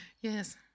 Yes